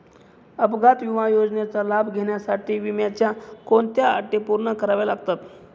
अपघात विमा योजनेचा लाभ घेण्यासाठी विम्याच्या कोणत्या अटी पूर्ण कराव्या लागतात?